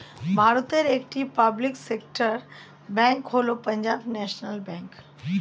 ভারতের একটি public sector bank হল পাঞ্জাব ন্যাশনাল ব্যাঙ্ক